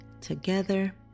together